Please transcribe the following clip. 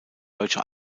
deutsche